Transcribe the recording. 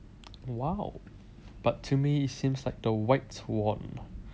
!wow! but to me it seems like the whites won